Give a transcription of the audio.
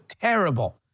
terrible